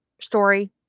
story